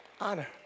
Honor